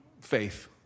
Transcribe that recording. faith